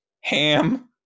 ham